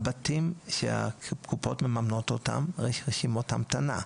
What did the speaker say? לבתים שהקופות מממנות יש רשימות המתנה,